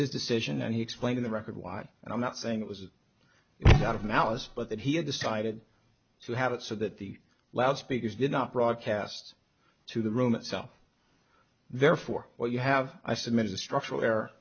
his decision and he explained the record why and i'm not saying it was out of malice but that he had decided to have it so that the loudspeakers did not broadcast to the room itself therefore what you have i submit a structural air